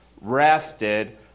rested